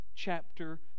chapter